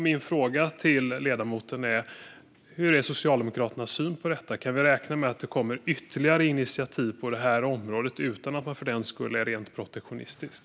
Min fråga till ledamoten är: Hur är Socialdemokraternas syn på detta? Kan vi räkna med att det kommer ytterligare initiativ på detta område utan att man för den skull är rent protektionistisk?